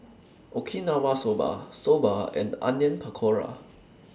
Okinawa Soba Soba and Onion Pakora